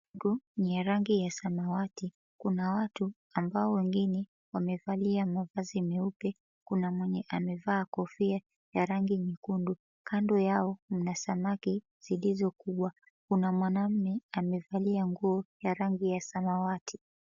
Kwenye rangi ya samawati, kuna watu ambao wengine wamevalia mavazi meupe. Kuna mwenye amevaa kofia na rangi nyekundu. Kando yao kuna samaki zilizo kubwa, kuna mwanammme amevalia nguo ya rangi ya samawati.